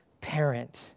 parent